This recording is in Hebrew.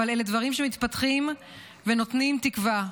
אבל אלה דברים שמתפתחים ונותנים תקווה.